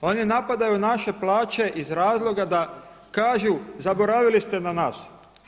Oni napadaju naše plaće iz razloga da kažu: Zaboravili ste na nas.